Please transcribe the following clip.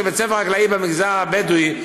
בית הספר החקלאי במגזר הבדואי,